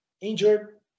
injured